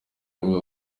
avuga